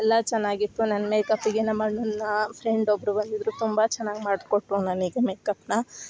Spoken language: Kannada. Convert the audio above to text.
ಎಲ್ಲ ಚೆನ್ನಾಗಿತ್ತು ನನ್ನ ಮೇಕಪ್ಪಿಗೆ ನಮ್ಮ ಅಣ್ಣನ ಫ್ರೆಂಡ್ ಒಬ್ಬರು ಬಂದಿದ್ರು ತುಂಬ ಚೆನ್ನಾಗ್ ಮಾಡಿಕೊಟ್ರು ನನಗೆ ಮೇಕಪ್ನ